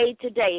today